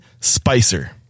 spicer